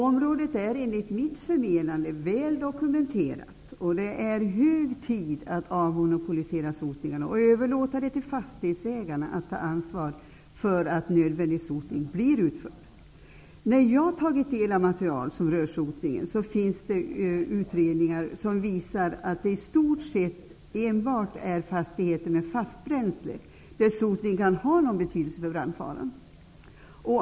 Området är enligt mitt förmenande väl dokumenterat, och det är nu hög tid att avmonopolisera sotningen och överlåta till fastighetsägarna att ta ansvar för att nödvändig sotning blir utförd. Bland det material som rör sotningen som jag har tagit del av finns utredningar som visar att det i stort sett enbart är i fastigheter med fast bränsle som sotningen har någon betydelse för brandfaran.